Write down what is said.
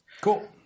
Cool